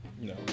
No